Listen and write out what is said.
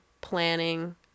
planning